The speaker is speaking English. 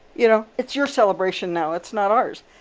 you know, it's your celebration now, it's not ours.